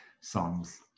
songs